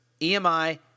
EMI